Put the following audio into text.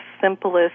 simplest